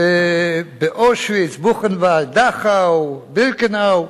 ובאושוויץ, בוכנוואלד, דכאו, בירקנאו,